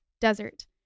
desert